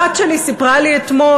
הבת שלי סיפרה לי אתמול,